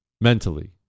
mentally